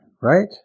right